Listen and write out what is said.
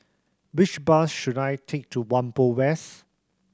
which bus should I take to Whampoa West